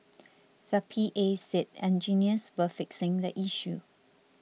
the P A said engineers were fixing the issue